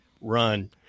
run